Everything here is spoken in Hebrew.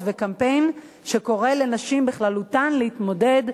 וקמפיין שקורא לנשים בכללותן להתמודד,